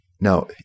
Now